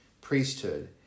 priesthood